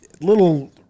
little